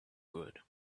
good